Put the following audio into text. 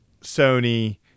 Sony